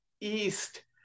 East